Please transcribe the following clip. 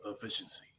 efficiency